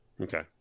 Okay